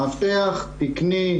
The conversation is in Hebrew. מאבטח תקני,